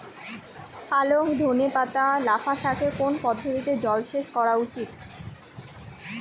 পালং ধনে পাতা লাফা শাকে কোন পদ্ধতিতে জল সেচ করা উচিৎ?